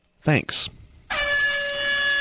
Thanks